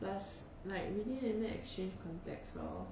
plus like never really exchange contacts or